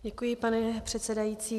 Děkuji, pane předsedající.